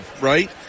right